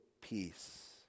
peace